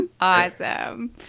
Awesome